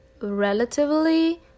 relatively